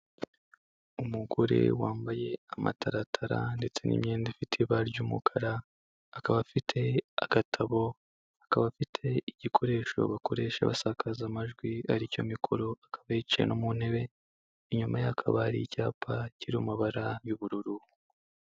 Umugore wambaye amataratara ndetse n'imyenda ifite ibara ry'umukara, akaba afite agatabo, akaba afite igikoresho bakoresha basakaza amajwi ari cyo mikoro, akaba yicaye no mu ntebe, inyuma ye hakaba hari icyapa kiri mu mabara y'ubururu.